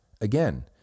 Again